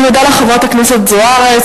אני מודה לך, חברת הכנסת זוארץ.